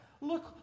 Look